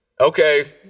Okay